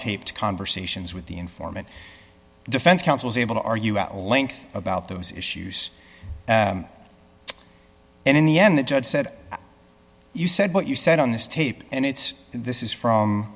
tape conversations with the informant defense counsel is able to argue at length about those issues and in the end the judge said you said what you said on this tape and it's this is from